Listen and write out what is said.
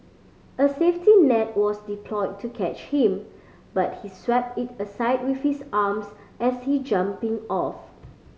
a safety net was deployed to catch him but he swept it aside with his arms as he jumping off